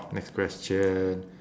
oh next question